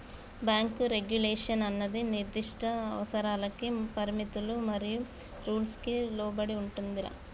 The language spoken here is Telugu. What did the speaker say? బ్యాంకు రెగ్యులేషన్ అన్నది నిర్దిష్ట అవసరాలకి పరిమితులు మరియు రూల్స్ కి లోబడి ఉంటుందిరా